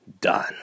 done